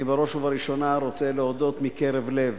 אני בראש ובראשונה רוצה להודות מקרב לב